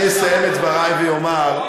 אז אני אסיים את דברי ואומר,